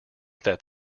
that